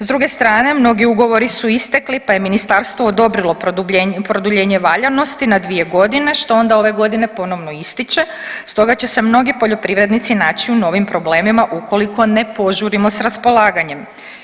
S druge strane mnogi ugovori su istekli, pa je ministarstvo odobrilo produljenje valjanosti na 2.g. što onda ove godine ponovno ističe stoga će se mnogi poljoprivrednici naći u novim problemima ukoliko ne požurimo s raspolaganjem.